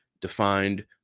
defined